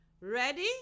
Ready